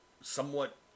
somewhat